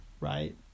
right